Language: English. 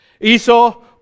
Esau